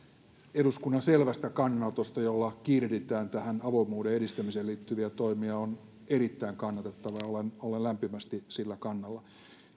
eduskunnan selvästä kannanotosta jolla kiirehditään avoimuuden edistämiseen liittyviä toimia on erittäin kannatettava ja olen lämpimästi sillä kannalla